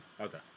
Okay